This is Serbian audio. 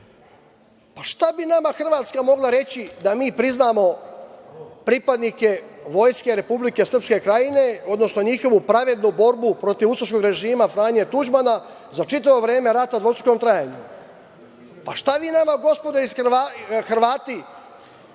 šta bi nama Hrvatska mogla reći da mi priznamo pripadnike Vojske Republike Srpske Krajine, odnosno njihovu pravednu borbu protiv ustaškog režima Franje Tuđmana za čitavo vreme rata u dvostrukom trajanju? Pa šta vi nama, gospodo Hrvati,